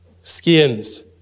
skins